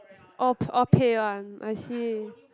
all pay all pay one I see